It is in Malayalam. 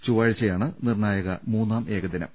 ചൊവ്വാഴ്ചയാണ് നിർണ്ണായക മൂന്നാം ഏകദിനം